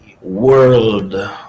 world